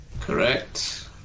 Correct